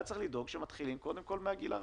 כך היה צריך לדאוג שמתחילים קודם כל מהגיל הרך.